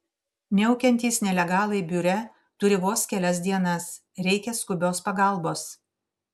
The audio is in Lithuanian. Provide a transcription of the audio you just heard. miaukiantys nelegalai biure turi vos kelias dienas reikia skubios pagalbos